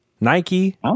Nike